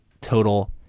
total